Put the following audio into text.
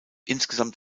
insgesamt